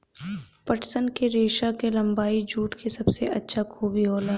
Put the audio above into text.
पटसन क रेसा क लम्बाई जूट क सबसे अच्छा खूबी होला